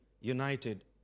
united